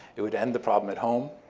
it would end the problem at home.